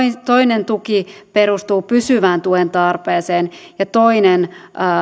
toinen tuki perustuu pysyvään tuen tarpeeseen ja toinen